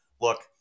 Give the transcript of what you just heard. look